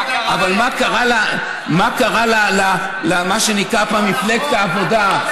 אבל מה קרה למה שנקרא פעם מפלגת העבודה,